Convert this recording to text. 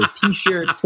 t-shirt